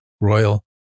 royal